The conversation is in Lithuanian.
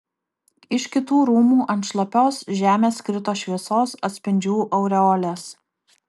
iš kitų rūmų ant šlapios žemės krito šviesos atspindžių aureolės